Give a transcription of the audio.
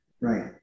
Right